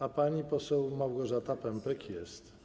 A pani poseł Małgorzata Pępek jest.